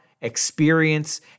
experience